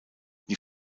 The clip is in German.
die